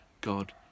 God